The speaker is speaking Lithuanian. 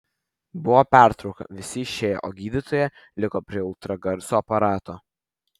buvo pertrauka visi išėjo o gydytoja liko prie ultragarso aparato